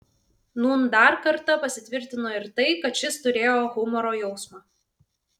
nūn dar kartą pasitvirtino ir tai kad šis turėjo humoro jausmą